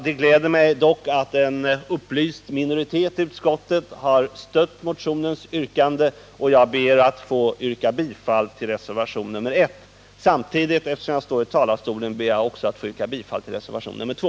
Det gläder mig dock att en upplyst minoritet i utskottet har stött motionens yrkande, och jag ber att få yrka bifall till reservationen 1. Samtidigt ber jag också att få yrka bifall till reservationen 2.